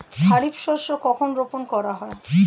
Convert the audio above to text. খারিফ শস্য কখন রোপন করা হয়?